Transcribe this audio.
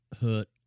hurt